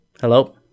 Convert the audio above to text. Hello